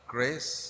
Grace